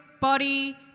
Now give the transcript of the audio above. body